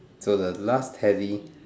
so the last Teddy